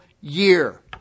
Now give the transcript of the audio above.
year